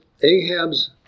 Ahab's